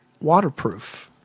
waterproof